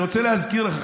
אני רוצה להזכיר לך,